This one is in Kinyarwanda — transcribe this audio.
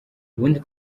ubundi